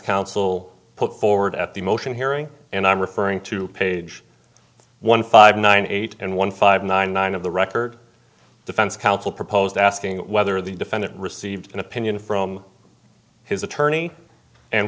counsel put forward at the motion hearing and i'm referring to page one five nine eight and one five nine nine of the record defense counsel proposed asking whether the defendant received an opinion from his attorney and